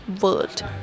world